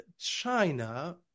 China